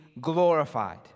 glorified